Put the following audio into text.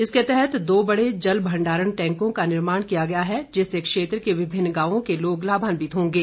इसके तहत दो बड़े जल भण्डारण टैंको का निर्माण किया गया है जिससे क्षेत्र के विभिन्न गांवों के लोग लाभान्वित होंगे